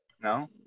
No